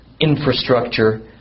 infrastructure